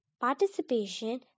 participation